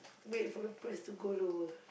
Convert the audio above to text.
wait for the price to go lower